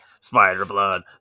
Spider-Blood